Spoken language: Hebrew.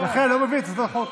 לכן אני לא מבין את הצעת החוק.